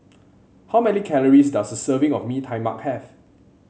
how many calories does a serving of Mee Tai Mak have